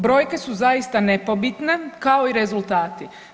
Brojke su zaista nepobitne, kao i rezultati.